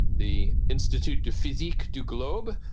the institut de physique du globe.